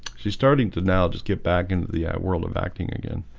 she's starting to now just get back into the art world of acting again